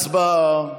הצבעה.